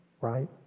right